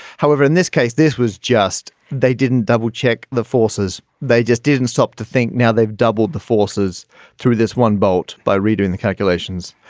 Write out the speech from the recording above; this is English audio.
however, in this case this was just they didn't double check the forces. they just didn't stop to think now they've doubled the forces through this one bolt by redoing the calculations.